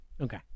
Okay